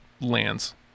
lands